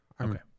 Okay